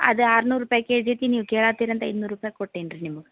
ಅದು ಆರ್ನೂರು ರೂಪಾಯಿ ಕೆ ಜಿ ಐತಿ ನೀವು ಕೇಳಾತ್ತೀರಿ ಅಂತ ಐದ್ನೂರು ರೂಪಾಯ್ಗೆ ಕೊಟ್ಟೇನೆ ರೀ ನಿಮಗೆ